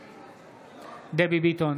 בעד דבי ביטון,